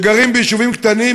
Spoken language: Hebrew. שגרים ביישובים קטנים,